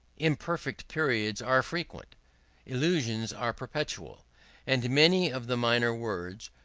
imperfect periods are frequent elisions are perpetual and many of the minor words,